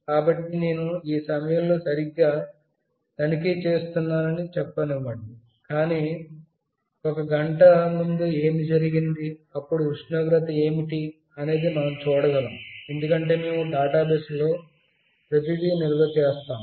కాబట్టి నేను ఈ సమయంలో సరిగ్గా తనిఖీ చేస్తున్నానని చెప్పనివ్వండి కాని ఒక గంట ముందు ఏమి జరిగింది అప్పుడు ఉష్ణోగ్రత ఏమిటి అనేది మనం చూడగలం ఎందుకంటే మేము డేటాబేస్లో ప్రతిదీ నిల్వ చేస్తాము